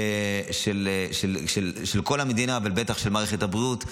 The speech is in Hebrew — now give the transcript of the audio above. של כל המדינה, אבל בטח של מערכת הבריאות,